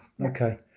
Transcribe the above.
Okay